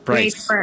Price